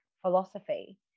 philosophy